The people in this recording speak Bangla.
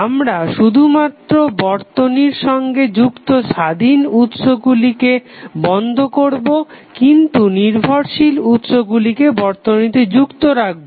আমরা শুধু মাত্র বর্তনীর সঙ্গে যুক্ত স্বাধীন উৎসগুলিকে বন্ধ করবো কিন্তু নির্ভরশীল উৎসগুলিকে বর্তনীতে যুক্ত রাখবো